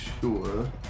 sure